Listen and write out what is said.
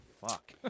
Fuck